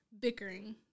bickering